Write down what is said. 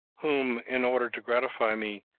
whom, in order to gratify me,